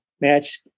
match